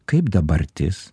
kaip dabartis